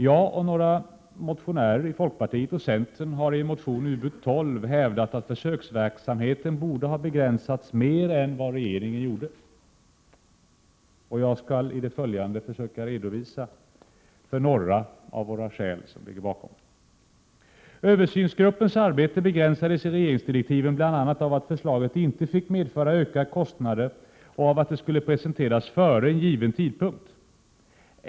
Jag och några motionärer från folkpartiet och centern har i motion Ub12 hävdat att försöksverksamheten borde ha begränsats mer än vad regeringen gjort. Jag skall i det följande redovisa några av de bakomliggande skälen. Översynsgruppens arbete begränsades i regeringsdirektiven bl.a. av att förslaget inte fick medföra ökade kostnader och av att det skulle presenteras före en given tidpunkt.